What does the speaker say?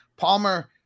Palmer